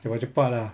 cepat cepat lah